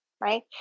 right